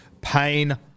Pain